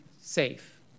safe